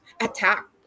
attack